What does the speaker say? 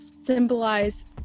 symbolize